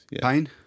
pain